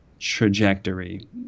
trajectory